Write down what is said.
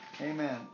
Amen